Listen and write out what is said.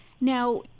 now